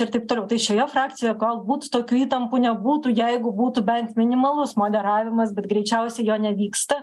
ir taip toliau tai šioje frakcijoje galbūt tokių įtampų nebūtų jeigu būtų bent minimalus moderavimas bet greičiausiai jo nevyksta